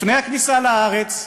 לפני הכניסה לארץ,